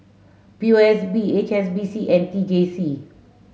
P O S B H S B C and T J C